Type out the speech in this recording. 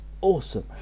awesome